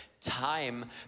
time